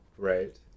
Right